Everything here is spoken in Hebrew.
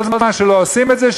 כל זמן שלא עושים את זה,